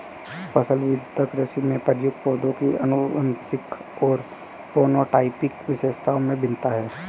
फसल विविधता कृषि में प्रयुक्त पौधों की आनुवंशिक और फेनोटाइपिक विशेषताओं में भिन्नता है